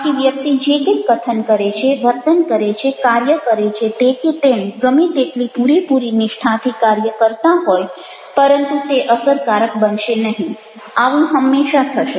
આથી વ્યક્તિ જે કંઈ કથન કરે છે વર્તન કરે છે કાર્ય કરે છે તે કે તેણી ગમે તેટલી પૂરેપૂરી નિષ્ઠાથી કાર્ય કરતાં હોય પરંતુ તે અસરકારક બનશે નહિ આવું હંમેશા થશે